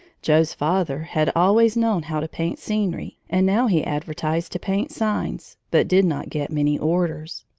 joe's father had always known how to paint scenery, and now he advertised to paint signs, but did not get many orders.